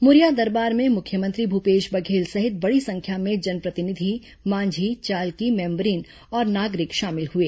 मुरिया दरबार में मुख्यमंत्री भूपेश बघेल सहित बड़ी संख्या में जनप्रतिनिधि मांझी चालकी मेंबरीन और नागरिक शामिल हुए